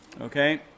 Okay